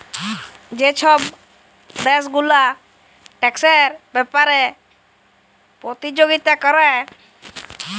যে ছব দ্যাশ গুলা ট্যাক্সের ব্যাপারে পতিযগিতা ক্যরে